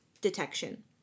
detection